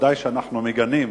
ודאי שאנחנו מגנים,